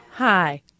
Hi